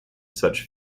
such